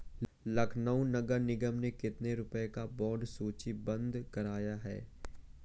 लखनऊ नगर निगम ने कितने रुपए का बॉन्ड सूचीबद्ध कराया है?